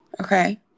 okay